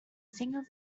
single